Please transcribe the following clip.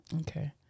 Okay